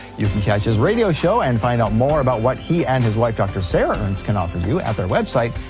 you can catch his radio show and find out more about what he and his wife dr. sarah ernst can offer you at their website,